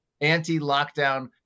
anti-lockdown